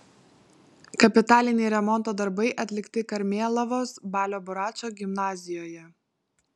kapitaliniai remonto darbai atlikti karmėlavos balio buračo gimnazijoje